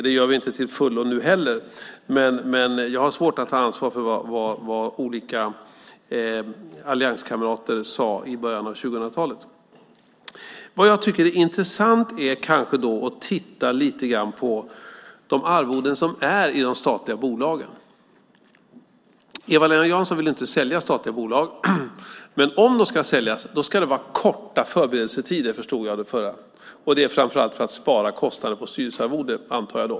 Det gör vi inte till fullo nu heller, men jag har svårt att ta ansvar för vad olika allianskamrater sade i början av 2000-talet. Vad jag tycker är intressant är då kanske att titta lite grann på de arvoden som är i de statliga bolagen. Eva-Lena Jansson vill inte sälja statliga bolag, men om de ska säljas ska det vara korta förberedelsetider, förstod jag. Det är då framför allt för att spara kostnader för styrelsearvoden, antar jag.